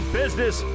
business